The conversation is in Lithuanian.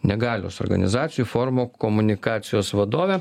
negalios organizacijų forumo komunikacijos vadovė